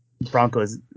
Broncos